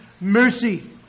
mercy